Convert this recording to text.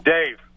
Dave